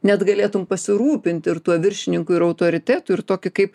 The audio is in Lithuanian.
net galėtum pasirūpint ir tuo viršininku ir autoritetu ir tokį kaip